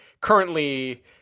currently